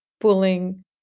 pulling